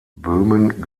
böhmen